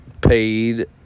paid